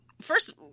first